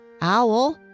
Owl